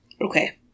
Okay